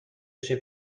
بشه